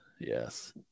Yes